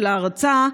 של ההרצה,